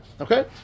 Okay